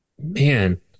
man